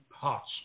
parts